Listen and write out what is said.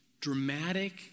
dramatic